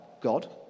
God